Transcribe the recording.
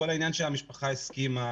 כל העניין שהמשפחה הסכימה,